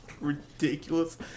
ridiculous